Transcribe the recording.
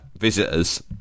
visitors